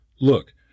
Look